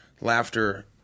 laughter